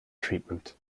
treatment